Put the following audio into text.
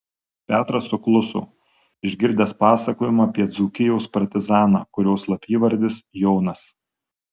petras sukluso išgirdęs pasakojimą apie dzūkijos partizaną kurio slapyvardis jonas